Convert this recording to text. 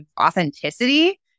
authenticity